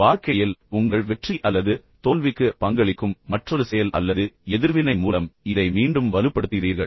வாழ்க்கையில் உங்கள் வெற்றி அல்லது தோல்விக்கு பங்களிக்கும் மற்றொரு செயல் அல்லது எதிர்வினை மூலம் இதை மீண்டும் வலுப்படுத்துகிறீர்கள்